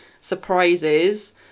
surprises